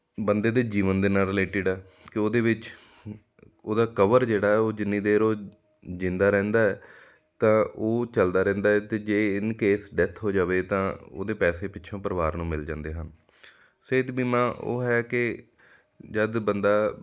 ਬੰਦੇ ਦੇ ਜੀਵਨ ਦੇ ਨਾਲ ਰਿਲੇਟਿਡ ਆ ਅਤੇ ਉਹਦੇ ਵਿੱਚ ਉਹਦਾ ਕਵਰ ਜਿਹੜਾ ਆ ਉਹ ਜਿੰਨੀ ਦੇਰ ਉਹ ਜਿਉਂਦਾ ਰਹਿੰਦਾ ਹੈ ਤਾਂ ਉਹ ਚੱਲਦਾ ਰਹਿੰਦਾ ਅਤੇ ਜੇ ਇੰਨ ਕੇਸ ਡੈੱਥ ਹੋ ਜਾਵੇ ਤਾਂ ਉਹਦੇ ਪੈਸੇ ਪਿੱਛੋਂ ਪਰਿਵਾਰ ਨੂੰ ਮਿਲ ਜਾਂਦੇ ਹਨ ਸਿਹਤ ਬੀਮਾ ਉਹ ਹੈ ਕਿ ਜਦੋਂ ਬੰਦਾ